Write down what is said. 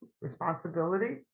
responsibility